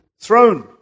throne